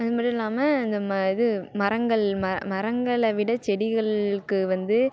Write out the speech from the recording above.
அது மட்டும் இல்லாமல் இந்த ம இது மரங்கள் மர மரங்களை விட செடிகளுக்கு வந்து